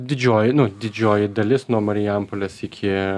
didžioji nu didžioji dalis nuo marijampolės iki